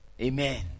amen